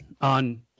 on